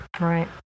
right